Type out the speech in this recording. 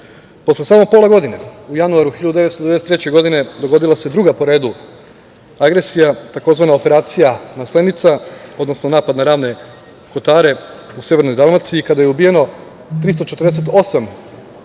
samo pola godine, u januaru 1993. godine dogodila se druga po redu agresija, tzv. operacija „Maslenica“, odnosno napad na Ravne Kotare u Severnoj Dalmaciji kada je ubijeno 348 lica